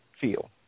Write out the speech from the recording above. feel